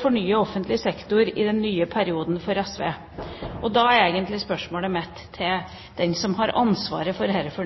fornye offentlig sektor i neste periode for SV.» Da er egentlig spørsmålet mitt til den som har ansvaret for